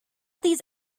these